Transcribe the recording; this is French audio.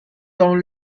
dans